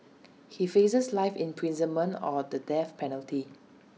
he faces life imprisonment or the death penalty